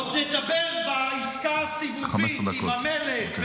עוד נדבר בעסקה הסיבובית עם המלט,